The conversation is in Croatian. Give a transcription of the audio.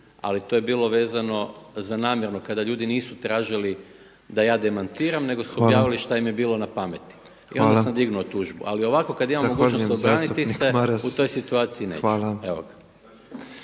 ali to je bilo vezano za namjerno kada ljudi nisu tražili da ja demantiram nego su objavili šta im je bilo na pameti. I onda sam dignuo tužbu, ali ovako kad imam mogućnost obraniti se u toj situaciji neću.